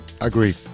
Agreed